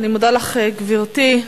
אני מודה לך, גברתי.